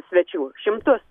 svečių šimtus